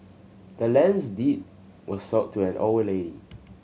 the land's deed was sold to an old lady